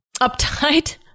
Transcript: uptight